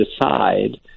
decide